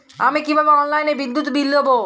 আমি কিভাবে অনলাইনে বিদ্যুৎ বিল দেবো?